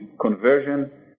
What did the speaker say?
conversion